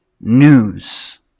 news